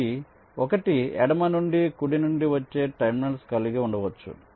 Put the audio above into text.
ఈ 1 ఎడమ నుండి కుడి నుండి వచ్చే టెర్మినల్స్ కలిగి ఉండవచ్చు